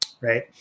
right